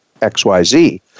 XYZ